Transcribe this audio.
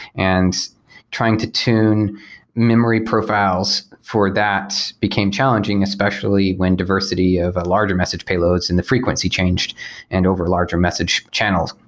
and trying to tune memory profiles for that became challenging, especially when diversity of a larger message payloads and the frequency changed and over larger message channels,